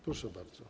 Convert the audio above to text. Proszę bardzo.